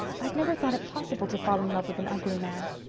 i'd never thought it possible to fall in love with an ugly man.